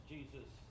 Jesus